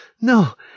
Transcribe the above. No